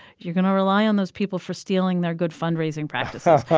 you're going to rely on those people for stealing their good fund-raising practices.